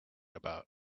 about